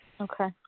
Okay